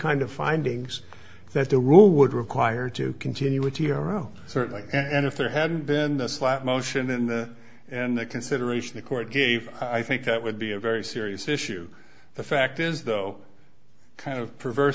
kind of findings that the rule would require to continue with the euro certainly and if there hadn't been a slight motion in the and the consideration the court gave i think that would be a very serious issue the fact is though kind of perverse